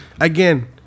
again